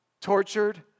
tortured